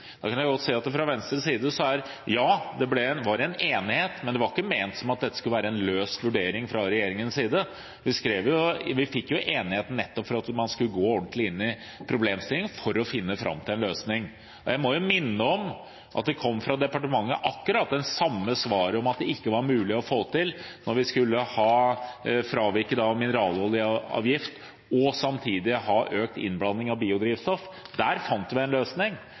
da kan jeg godt si fra Venstres side at ja, det var en enighet, men det var ikke ment som at dette skulle være en løs vurdering fra regjeringens side. Vi fikk enigheten nettopp fordi man skulle gå ordentlig inn i problemstillingen for å finne fram til en løsning. Jeg må minne om at det fra departementet kom akkurat det samme svaret om at det ikke var mulig å få til, da vi skulle fravike mineraloljeavgift og samtidig ha økt innblanding av biodrivstoff. Der fant vi en løsning.